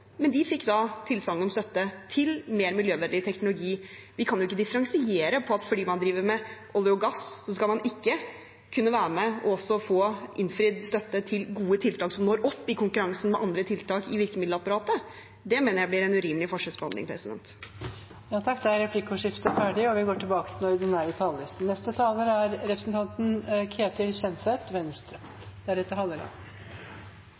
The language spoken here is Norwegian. De fikk tilsagn om støtte til mer miljøvennlig teknologi. Vi kan ikke differensiere slik at fordi man driver med olje og gass, skal man ikke kunne være med og også få innfridd støtte til gode tiltak som når opp i konkurransen med andre tiltak i virkemiddelapparatet. Det mener jeg blir en urimelig forskjellsbehandling. Replikkordskiftet er ferdig. De talerne som heretter får ordet, har også en taletid på inntil 3 minutter. Dette utvikler seg til